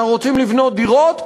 אנחנו רוצים לבנות דירות?